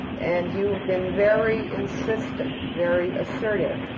and you have been very insistent, very assertive,